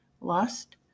lust